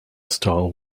style